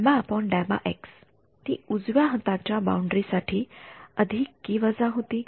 ddx ती उजव्या हाताच्या बाउंडरी साठी अधिक कि वजा होती